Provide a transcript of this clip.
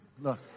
look